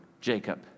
Jacob